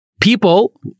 People